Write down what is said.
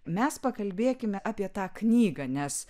mes pakalbėkime apie tą knygą nes